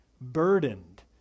burdened